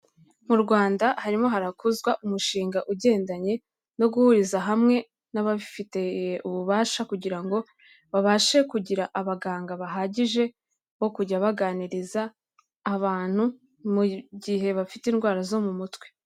Mu Rwanda harimo harakuzwa umushinga ugendanye no guhuriza hamwe n'abafite ububasha kugira ngo babashe kugira abaganga bahagije bo kujya baganiriza abantu mu gihe bafite indwara zo mu mutwe.